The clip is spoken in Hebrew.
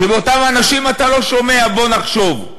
שמאותם אנשים אתה לא שומע: בואו נחשוב.